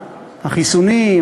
החיסונים,